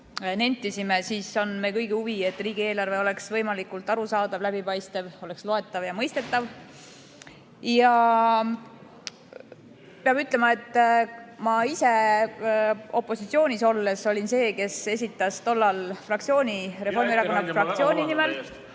nentisime, on meie kõigi huvi, et riigieelarve oleks võimalikult arusaadav, läbipaistev, loetav ja mõistetav. Peab ütlema, et ma ise opositsioonis olles olin see, kes esitas tollal fraktsiooni, Reformierakonna fraktsiooni nimel